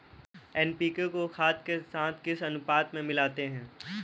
NPK को खाद के साथ किस अनुपात में मिलाते हैं?